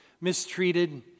mistreated